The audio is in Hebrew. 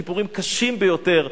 סיפורים קשים ביותר,